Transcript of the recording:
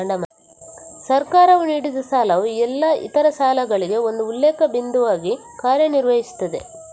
ಸರ್ಕಾರವು ನೀಡಿದಸಾಲವು ಎಲ್ಲಾ ಇತರ ಸಾಲಗಳಿಗೆ ಒಂದು ಉಲ್ಲೇಖ ಬಿಂದುವಾಗಿ ಕಾರ್ಯ ನಿರ್ವಹಿಸುತ್ತದೆ